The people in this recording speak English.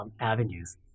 avenues